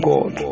God